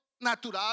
natural